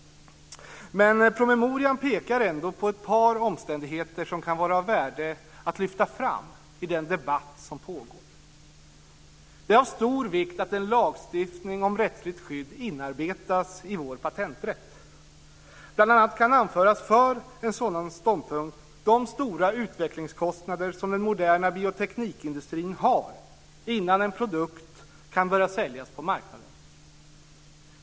Men promemorian pekar ändå på ett par omständigheter som kan vara av värde att lyfta fram i den debatt som pågår. Det är av stor vikt att en lagstiftning om rättsligt skydd inarbetas i vår patenträtt. För denna ståndpunkt kan bl.a. anföras de stora utvecklingskostnader som den moderna bioteknikindustrin har innan en produkt kan börja säljas på marknaden.